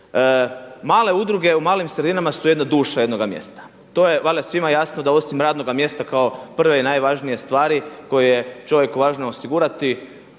Male udruge u malim sredinama su jedna duša jednoga mjesta. To je valjda svima jasno da osim radnoga mjesta kao prve i najvažnije stvari koje je čovjeku važno osigurati